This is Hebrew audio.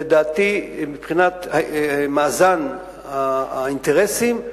לדעתי מבחינת מאזן האינטרסים,